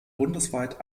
bundesweit